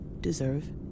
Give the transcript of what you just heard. deserve